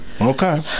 Okay